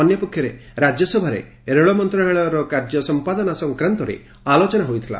ଅନ୍ୟପକ୍ଷରେ ରାଜ୍ୟସଭାରେ ରେଳ ମନ୍ତ୍ରଣାଳୟର କାର୍ଯ୍ୟ ସମ୍ପାଦନା ସଂକ୍ରାନ୍ତରେ ଆଲୋଚନା ହୋଇଥିଲା